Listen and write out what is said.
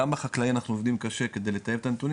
גם בחקלאי אנחנו עובדים קשה כדי לטייב את הנתונים